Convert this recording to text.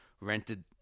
rented